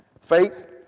Faith